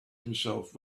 himself